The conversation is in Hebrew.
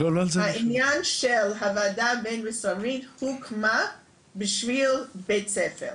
העניין של הוועדה הבין משרדית הוקמה בשביל בית ספר,